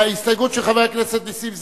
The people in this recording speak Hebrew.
אני קובע שההסתייגות הראשונה